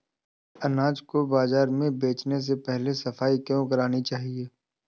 अनाज को बाजार में बेचने से पहले सफाई क्यो करानी चाहिए?